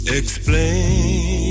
explain